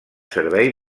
servei